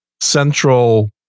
central